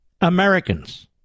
Americans